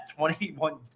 21